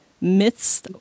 myths